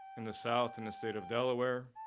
in the south in the state of delaware,